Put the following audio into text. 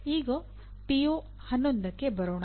ಈಗ ಪಿಒ11ಗೆ ಬರೋಣ